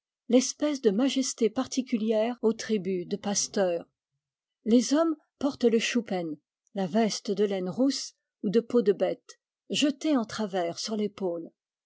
l'espèce de majesté particulière aux tribus de pasteurs les hommes portent le chupen la veste de laine rousse ou de peau de bête jetée en travers sur l'épaule